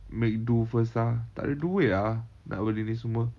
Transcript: make do first ah takde duit ah nak beli ni semua